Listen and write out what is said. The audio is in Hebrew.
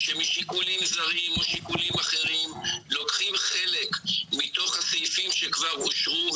שמשיקולים זרים או משיקולים אחרים לוקחים חלק מתוך הסעיפים שכבר אושרו,